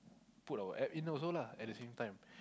put our App in also lah at the same time